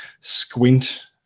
squint